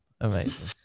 Amazing